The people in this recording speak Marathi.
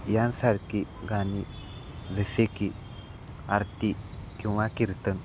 यासारखी गाणी जसे की आरती किंवा कीर्तन